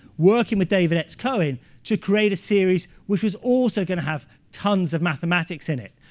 working with david x. cohen to create a series which was also going to have tons of mathematics in it.